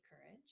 courage